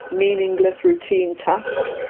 meaningless, routine tasks.